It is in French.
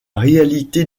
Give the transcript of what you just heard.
réalité